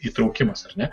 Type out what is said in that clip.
įtraukimas ar ne